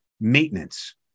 maintenance